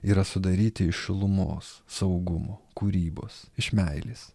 yra sudaryti šilumos saugumo kūrybos iš meilės